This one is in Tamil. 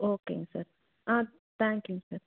ஓகேங்க சார் ஆ தேங்க்யூங்க சார்